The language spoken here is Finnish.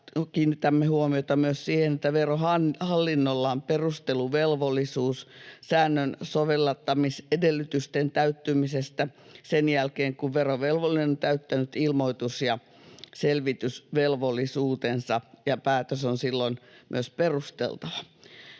kiinnitämme huomiota myös siihen, että Verohallinnolla on perusteluvelvollisuus säännön soveltamisedellytysten täyttymisestä sen jälkeen, kun verovelvollinen on täyttänyt ilmoitus‑ ja selvitysvelvollisuutensa, ja päätös on silloin myös perusteltava.